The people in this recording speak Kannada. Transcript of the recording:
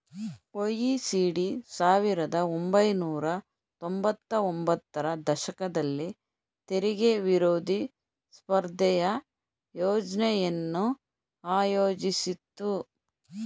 ಒ.ಇ.ಸಿ.ಡಿ ಸಾವಿರದ ಒಂಬೈನೂರ ತೊಂಬತ್ತ ಒಂಬತ್ತರ ದಶಕದಲ್ಲಿ ತೆರಿಗೆ ವಿರೋಧಿ ಸ್ಪರ್ಧೆಯ ಯೋಜ್ನೆಯನ್ನು ಆಯೋಜಿಸಿತ್ತು